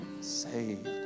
Saved